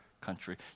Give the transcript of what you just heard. country